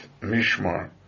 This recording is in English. Mishmar